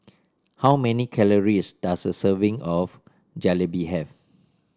how many calories does a serving of Jalebi have